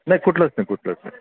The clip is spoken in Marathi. नाही कुठलंच नाही कुठलंच नाही